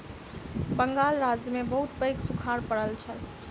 बंगाल राज्य में बहुत पैघ सूखाड़ पड़ल छल